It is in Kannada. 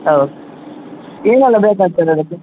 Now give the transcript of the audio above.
ಹೌದ್ ಏನೆಲ್ಲ ಬೇಕಾಗ್ತದೆ ಅದಕ್ಕೆ